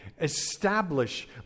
establish